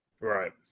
Right